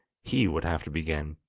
he would have to begin.